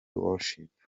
worship